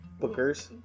Bookers